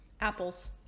Apples